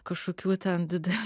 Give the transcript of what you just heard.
kažkokių ten didelių